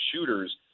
shooters